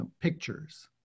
pictures